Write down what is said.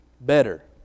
better